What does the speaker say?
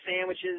sandwiches